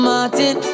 Martin